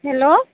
hello